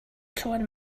tone